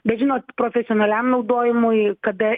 bet žinot profesionaliam naudojimui kada